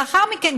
לאחר מכן,